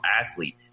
athlete